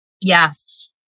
Yes